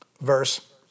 verse